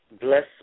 bless